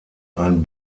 ein